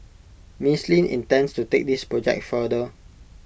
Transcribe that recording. miss Lin intends to take this project further